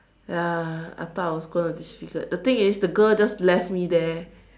ya I thought I was going to disfigured the thing is the girl just left me there